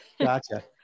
Gotcha